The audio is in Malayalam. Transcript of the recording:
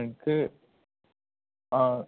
എനിക്ക് ആ